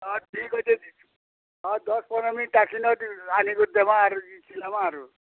ହଁ ଠିକ୍ ଅଛେ ହଁ ଦଶ୍ ପନ୍ଦ୍ର ମିନିଟ୍ ଟାକିନିଅନ୍ତୁ ଆନିକରିଦେମା ଆରୁ ଆରୁ